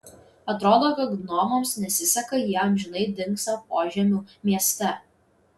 atrodo kad gnomams nesiseka jie amžinai dingsta požemių mieste